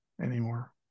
anymore